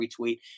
retweet